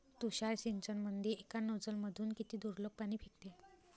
तुषार सिंचनमंदी एका नोजल मधून किती दुरलोक पाणी फेकते?